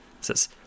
says